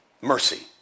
Mercy